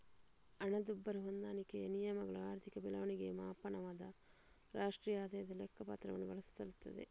ಹಣದುಬ್ಬರ ಹೊಂದಾಣಿಕೆಯ ನಿಯಮಗಳು ಆರ್ಥಿಕ ಬೆಳವಣಿಗೆಯ ಮಾಪನದ ರಾಷ್ಟ್ರೀಯ ಆದಾಯದ ಲೆಕ್ಕ ಪತ್ರವನ್ನು ಬಳಸುತ್ತದೆ